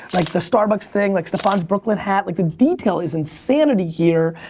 like the starbucks thing. like stephan's brooklyn hat. like the detail is insanity here.